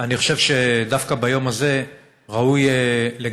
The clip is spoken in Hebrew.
אני חושב שדווקא ביום הזה ראוי לגנות